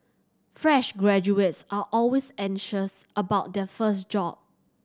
fresh graduates are always anxious about their first job